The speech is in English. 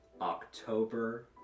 October